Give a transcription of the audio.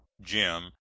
Jim